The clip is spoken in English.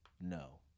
no